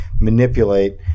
manipulate